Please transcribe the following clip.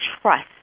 Trust